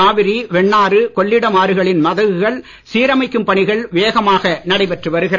காவிரி வெண்ணாறு கொள்ளிடம் ஆறுகளின் மதகுகள் சீரமைக்கும் பணிகள் வேகமாக நடைபெற்று வருகிறது